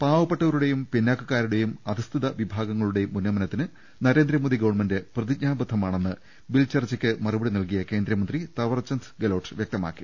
പാവപ്പെട്ടവരുടേയും പിന്നാക്കക്കാരുടെയും അധസ്ഥിത വിഭാഗ ങ്ങളുടെയും ഉന്നമനത്തിന് Narendra Modi government പ്രതിജ്ഞാ ബദ്ധമാണെന്ന് bill ചർച്ചക്ക് മറുപടി നൽകിയ കേന്ദ്രമന്ത്രി തവർചന്ദ് ഗെലോട്ട് വ്യക്തമാക്കി